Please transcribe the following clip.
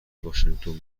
واشینگتن